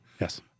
Yes